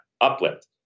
uplift